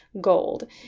gold